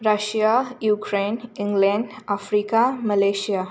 Russia Ukraine England Africa Malaysia